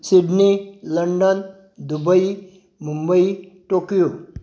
Sydney London Dubai Mumbai Tokyo